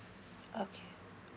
okay